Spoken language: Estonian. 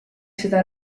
seda